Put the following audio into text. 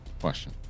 question